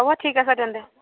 হ'ব ঠিক আছে তেন্তে